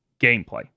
gameplay